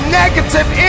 negative